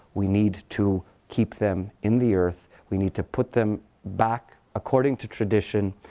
we need to keep them in the earth. we need to put them back, according to tradition.